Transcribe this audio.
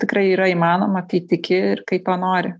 viskas tikrai yra įmanoma kai tiki ir kai to nori